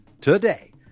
today